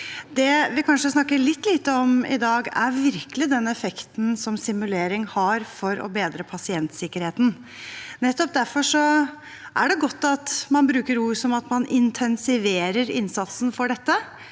Det vi kanskje snakker litt lite om i dag, er den effekten som simulering virkelig har for å bedre pasientsikkerheten. Derfor er det godt at man bruker ord som at man intensiverer innsatsen for dette